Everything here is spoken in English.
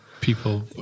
People